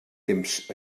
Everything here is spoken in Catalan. temps